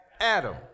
Adam